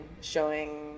showing